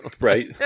Right